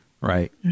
right